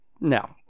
No